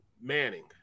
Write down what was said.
Manning